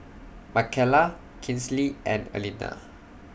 Mckayla Kinsley and Aleena